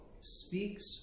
speaks